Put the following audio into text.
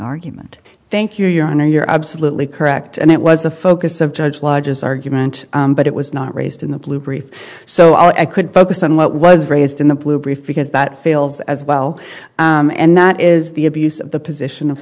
argument thank you your honor you're absolutely correct and it was the focus of judge lodge's argument but it was not raised in the blue brief so i could focus on what was raised in the blue brief because that fails as well and that is the abuse of the position of